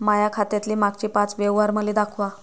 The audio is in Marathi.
माया खात्यातले मागचे पाच व्यवहार मले दाखवा